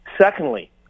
Secondly